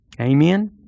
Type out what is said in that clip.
Amen